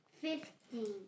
Fifteen